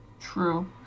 True